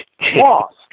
Lost